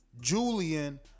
Julian